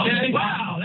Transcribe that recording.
wow